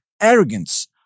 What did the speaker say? arrogance